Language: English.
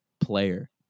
player